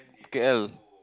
K_L